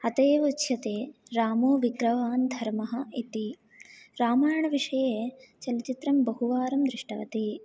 अतः एव उच्यते रामो विग्रहवान् धर्मः इति रामायणविषये चलच्चित्रं बहुवारं दृष्टवती